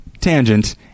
tangent